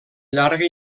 llarga